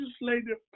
legislative